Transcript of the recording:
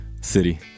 City